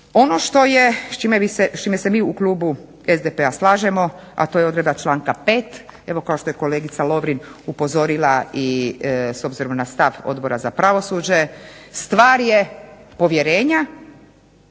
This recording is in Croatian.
Ono s čime se mi u klubu SDP-a slažemo, a to je odredba članka 5., evo kao što je kolegica Lovrin upozorila i s obzirom na stav Odbora za pravosuđe, stvar je povjerenja